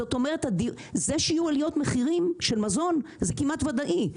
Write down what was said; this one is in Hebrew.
זאת אומרת זה שיהיו עליות מחירים של מזון זה כמעט ודאי.